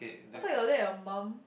I thought you'll let your mum